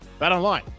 BetOnline